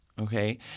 Okay